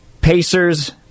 Pacers